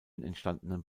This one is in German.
entstandenen